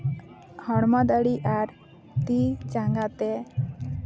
ᱦᱚᱲᱢᱚ ᱫᱟᱲᱮ ᱟᱨ ᱛᱤ ᱡᱟᱸᱜᱟ ᱛᱮ